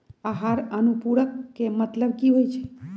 आहार अनुपूरक के मतलब की होइ छई?